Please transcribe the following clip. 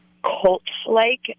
cult-like